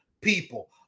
people